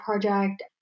project